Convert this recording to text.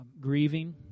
grieving